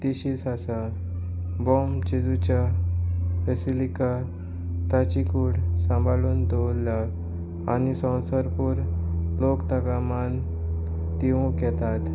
तेशींच आसा बॉम जेजूच्या बेसिलिका ताची कूड सांबाळून दवरल्या आनी संवसरभूर लोक ताका मान दिवंक येतात